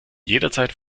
jederzeit